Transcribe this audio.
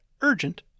urgent